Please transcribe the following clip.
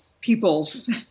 peoples